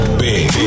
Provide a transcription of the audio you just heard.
big